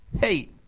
Hey